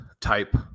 type